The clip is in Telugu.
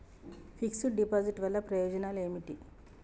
ఫిక్స్ డ్ డిపాజిట్ వల్ల ప్రయోజనాలు ఏమిటి?